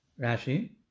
Rashi